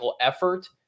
effort